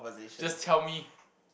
just tell me